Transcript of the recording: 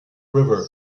river